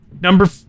number